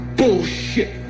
bullshit